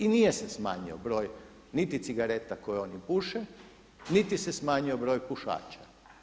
I nije se smanjio broj niti cigareta koje oni puše, niti se smanjio broj pušača.